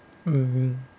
um